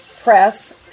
press